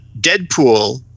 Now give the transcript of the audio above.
Deadpool